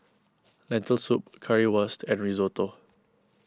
Lentil Soup Currywurst and Risotto